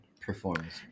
performs